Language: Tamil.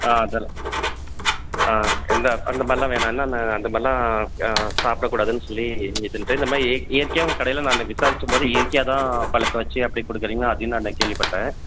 ஆ அதெல்லாம் ஆ எந்த அந்தமாதிரில்லாம் வேணாம்னு அந்தமாதிரில்லாம் ஆ சாப்பிடக்கூடாதுன்னு சொல்லி இதுனுட்டு இந்தமாதிரி இயற்கையாக உங்கள் கடையில் நான் விசாரிக்கும்போது இயற்கையாகதான் பழுக்க வச்சு அப்படியே கொடுக்குறிங்கனு அதையும் நான் கேள்விபட்டேன்